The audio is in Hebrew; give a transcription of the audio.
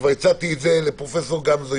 הצעתי את זה לפרופ' גמזו,